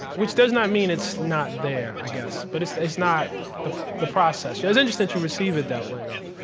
which does not mean it's not there, i guess, but it's it's not the the process. yeah it's interesting that you receive it that way, though